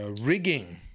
rigging